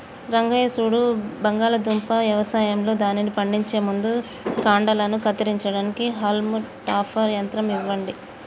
రంగయ్య సూడు బంగాళాదుంప యవసాయంలో దానిని పండించే ముందు కాండలను కత్తిరించడానికి హాల్మ్ టాపర్ యంత్రం ఇవ్వండి